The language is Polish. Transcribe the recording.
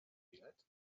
bilet